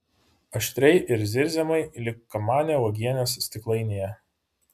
aštriai ir zirziamai lyg kamanė uogienės stiklainyje